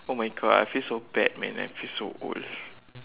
oh my God I feel so bad man and I feel so old